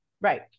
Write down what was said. Right